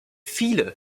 viele